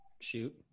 shoot